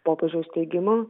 popiežiaus teigimu